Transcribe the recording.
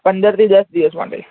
પંદરથી દશ દિવસ માટે